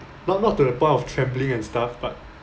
not not to the point of trembling and stuff but